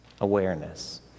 Awareness